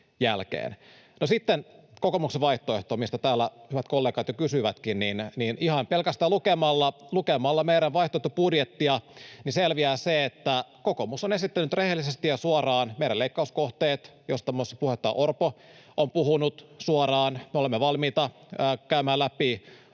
sitten kokoomuksen vaihtoehto, mistä täällä hyvät kollegat jo kysyivätkin: Ihan pelkästään lukemalla meidän vaihtoehtobudjettiamme selviää se, että kokoomus on esittänyt rehellisesti ja suoraan meidän leikkauskohteemme, joista myös puheenjohtaja Orpo on puhunut suoraan. Me olemme valmiita käymään läpi